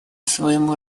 своему